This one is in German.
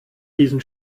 diesen